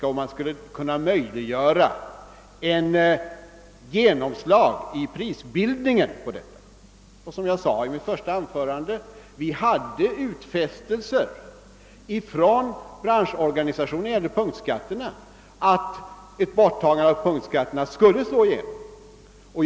På detta sätt skulle man alltså möjliggöra ett genomslag i prisbildningen. Och som jag sade i mitt första anförande hade vi fått utfästelser från branschorganisationerna att ett slopande av punktskatterna skulle slå igenom.